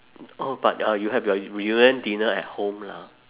oh but uh you have your reunion dinner at home lah